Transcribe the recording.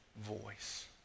voice